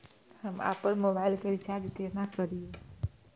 हम आपन मोबाइल के रिचार्ज केना करिए?